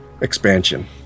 expansion